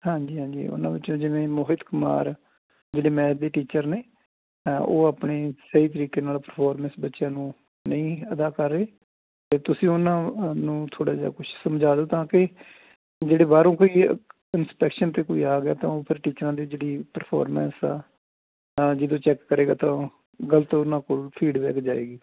ਹਾਂਜੀ ਹਾਂਜੀ ਉਹਨਾਂ ਵਿੱਚੋਂ ਜਿਵੇਂ ਮੋਹਿਤ ਕੁਮਾਰ ਜਿਹੜੇ ਮੈਥ ਦੇ ਟੀਚਰ ਨੇ ਉਹ ਆਪਣੇ ਸਹੀ ਤਰੀਕੇ ਨਾਲ ਪਰਫੋਰਮੈਂਸ ਬੱਚਿਆਂ ਨੂੰ ਨਹੀਂ ਅਦਾ ਕਰ ਰਹੇ ਅਤੇ ਤੁਸੀਂ ਉਹਨਾਂ ਨੂੰ ਥੋੜ੍ਹਾ ਜਿਹਾ ਕੁਛ ਸਮਝਾ ਦਿਓ ਤਾਂ ਕਿ ਜਿਹੜੇ ਬਾਹਰੋਂ ਕੋਈ ਇੰਸਪੈਕਸ਼ਨ 'ਤੇ ਕੋਈ ਆ ਗਿਆ ਤਾਂ ਉਹ ਫਿਰ ਟੀਚਰਾਂ ਦੇ ਜਿਹੜੀ ਪਰਫੋਰਮੈਂਸ ਆ ਤਾਂ ਜਦੋਂ ਚੈੱਕ ਕਰੇਗਾ ਤਾਂ ਉਹ ਗਲਤ ਉਹਨਾਂ ਕੋਲ ਫੀਡਬੈਕ ਜਾਏਗੀ